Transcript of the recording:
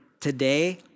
today